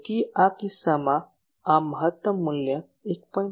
તેથી આ કિસ્સામાં આ મહત્તમ મૂલ્ય 1